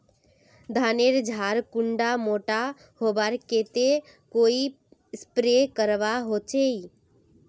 धानेर झार कुंडा मोटा होबार केते कोई स्प्रे करवा होचए?